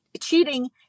cheating